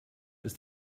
ist